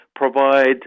provide